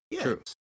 True